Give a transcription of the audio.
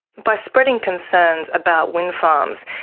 by spreading concerns about wind farms,